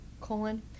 colon